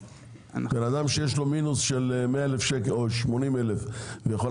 בן אדם שיש לו מינוס של 100,000 שקל או 80,000 שקל ויכול